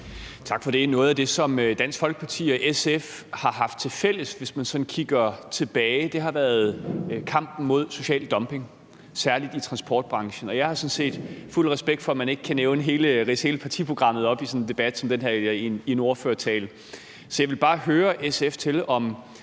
Tak for det. Noget af det, som Dansk Folkeparti og SF har haft tilfælles, hvis man sådan kigger tilbage, har været kampen mod social dumping, særlig i transportbranchen. Og jeg har sådan set fuld respekt for, at man ikke kan ridse hele partiprogrammet op i en ordførertale i sådan en debat som den her, så jeg vil bare høre SF, om